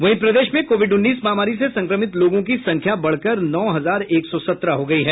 वहीं प्रदेश में कोविड उन्नीस महामारी से संक्रमित लोगों की संख्या बढ़कर नौ हजार एक सौ सत्रह हो गयी है